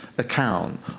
account